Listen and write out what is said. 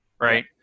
right